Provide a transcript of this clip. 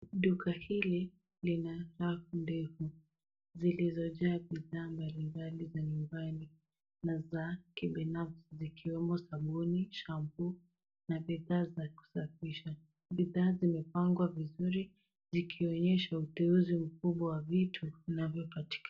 Duka hili lina rafu ndefu zilizojaa bidhaa mbalimbali za nyumbani na za kibinafsi zikiwemo: sabuni, shampuu, na bidhaa za kusafisha. Bidhaa zimepangwa vizuri zikionyesha uteuzi mkubwa wa vitu vinavyopatikana.